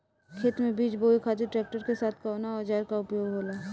खेत में बीज बोए खातिर ट्रैक्टर के साथ कउना औजार क उपयोग होला?